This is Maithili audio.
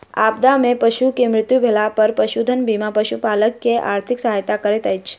आपदा में पशु के मृत्यु भेला पर पशुधन बीमा पशुपालक के आर्थिक सहायता करैत अछि